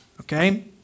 okay